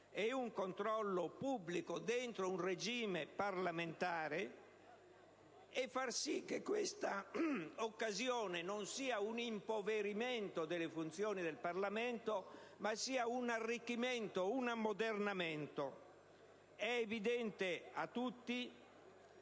e un controllo pubblico all'interno di un regime parlamentare e far sì che questa occasione non si traduca in un impoverimento delle funzioni del Parlamento ma in un arricchimento e in un ammodernamento? È evidente a tutti